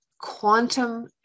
quantum